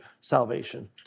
salvation